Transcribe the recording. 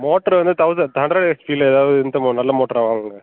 motor வந்து thousand தண்டர் ஹெச்பிலே ஏதாவது நல்ல மோட்டராக வாங்குங்கள்